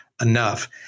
enough